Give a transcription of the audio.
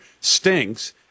stinks